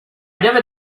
never